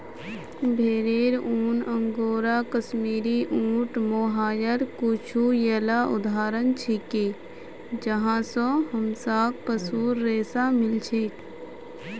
भेरेर ऊन, अंगोरा, कश्मीरी, ऊँट, मोहायर कुछू येला उदाहरण छिके जहाँ स हमसाक पशुर रेशा मिल छेक